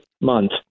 month